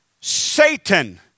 Satan